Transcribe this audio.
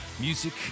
Music